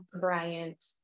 Bryant